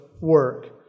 work